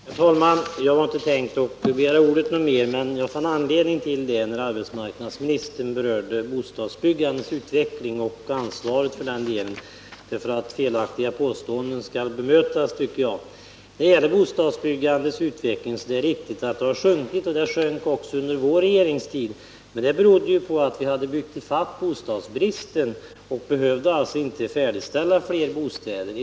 Herr talman! Jag hade inte tänkt begära ordet mera, men jag fick anledning därtill när arbetsmarknadsministern berörde bostadsbyggandets utveckling och ansvaret för denna verksamhet. Felaktiga påståenden måste bemötas. Det är riktigt att bostadsbyggandet har sjunkit, och det sjönk också under vår regeringstid, men det berodde på att vi byggt ifatt bostadsbristen och alltså inte behövde färdigställa flera bostäder.